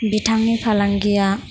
बिथांनि फालांगिया